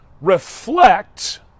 reflect